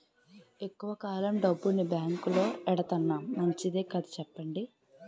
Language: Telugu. ఎక్కువ కాలం డబ్బును బాంకులో ఎడతన్నాం మంచిదే కదా చెప్పండి